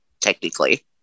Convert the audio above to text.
technically